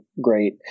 great